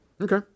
Okay